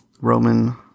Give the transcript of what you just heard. Roman